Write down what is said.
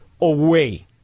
away